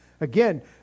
Again